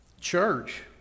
church